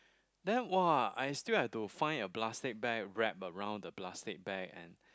then !wow! I still have to find a plastic bag warp around the plastic bag and